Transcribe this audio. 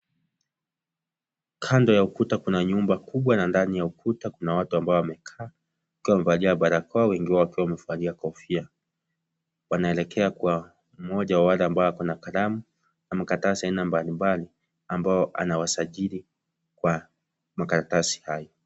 Kando ya ukuta kuna nyumba kubwa na ndani ya ukuta kuna watu ambao wamekaa, wakiwa wamevalia barakoa wengine wakiwa wamevalia kofia. Wanaelekea kwa mmoja wa wale ambao wako na kalamu, na makaratasi haina mbalimbali, ambao anawasajili kwa makaratasi hayo.